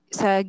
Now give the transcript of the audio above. sa